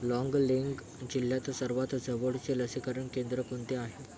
लाँगलिंग जिल्ह्यात सर्वात जवळचे लसीकरण केंद्र कोणते आहे